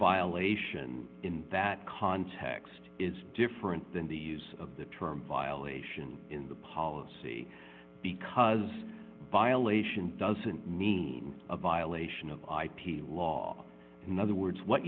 violation in that context is different than the use of the term violation in the policy because violation doesn't mean a violation of ip law in other words what